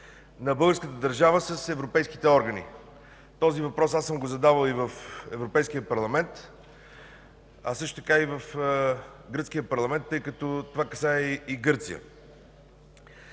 на българската държава с европейските органи. Този въпрос съм го задавал и в Европейския парламент, а също така и в Гръцкия парламент, тъй като това касае и Гърция.